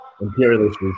imperialist